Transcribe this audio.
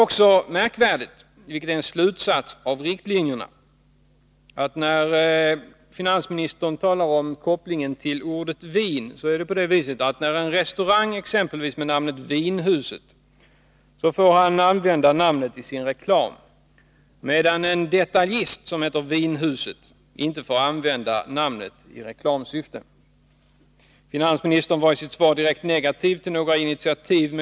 Jag vill, med anledning av att finansministern talar om kopplingen till ordet ”vin”, beröra en annan märkvärdig slutsats som man kan dra av riktlinjerna. En restaurang med namnet Vinhuset får använda namnet i sin reklam, medan en detaljist som heter Vinhuset inte får använda namnet i reklamsyfte. Finansministern var i sitt svar direkt negativ till att ta några initiativ.